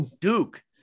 Duke